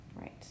Right